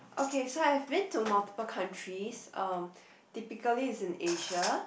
okay so I have been to multiple countries um typically it's in Asia